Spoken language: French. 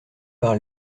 par